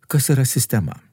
kas yra sistema